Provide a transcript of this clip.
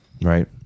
Right